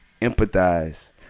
empathize